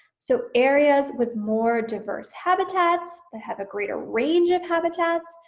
so areas with more diverse habitats they have a greater range of habitats,